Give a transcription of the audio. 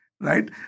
right